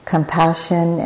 Compassion